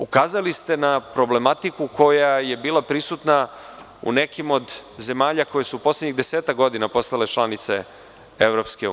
Ukazali ste na problematiku koja je bila prisutna u nekim od zemalja koje su u poslednjih desetak godina postale članice EU.